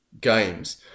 games